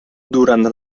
durant